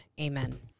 amen